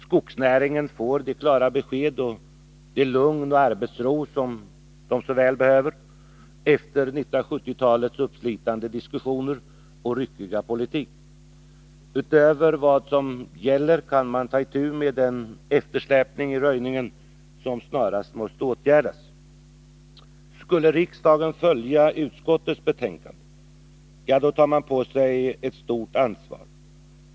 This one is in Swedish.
Skogsnäringen får de klara besked, det lugn och den arbetsro som så väl behövs efter 1970-talets uppslitande diskussioner och ryckiga politik. Utifrån vad som gäller kan man ta itu med den eftersläpning i röjningen som snarast måste åtgärdas. Skulle riksdagen följa utskottsbetänkandet tar den på sig ett stort ansvar.